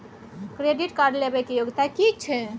Credit card लेबै के योग्यता कि छै?